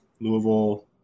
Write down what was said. Louisville